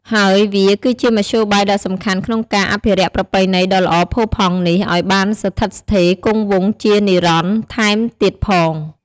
ហើយវាគឺជាមធ្យោបាយដ៏សំខាន់ក្នុងការអភិរក្សប្រពៃណីដ៏ល្អផូរផង់នេះឱ្យបានស្ថិតស្ថេរគង់វង្សជានិរន្តរ៍ថែមទៀតផង។